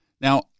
Now